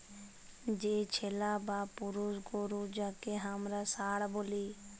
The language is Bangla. যে ছেলা বা পুরুষ গরু যাঁকে হামরা ষাঁড় ব্যলি